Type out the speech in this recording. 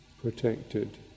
protected